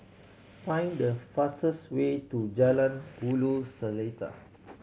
find the fastest way to Jalan Ulu Seletar